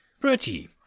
Pretty